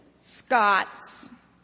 Scots